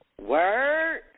Word